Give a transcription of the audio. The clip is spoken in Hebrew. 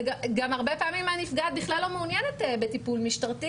הרבה פעמים הנפגעת בכלל לא מעוניינת בטיפול משטרתי